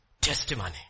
testimony